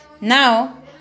Now